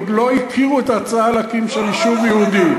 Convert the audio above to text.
עוד לא הכירו את ההצעה להקים שם יישוב יהודי.